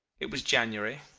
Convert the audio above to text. it was january,